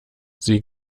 sie